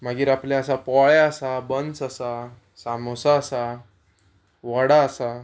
मागीर आपलें आसा पोळे आसा बन्स आसा सामोसा आसा वडा आसा